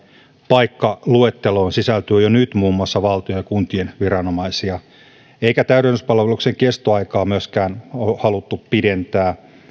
paikkaluetteloon sisältyy jo nyt muun muassa valtion ja kuntien viranomaisia eikä myöskään täydennyspalveluksen kestoaikaa haluttu pidentää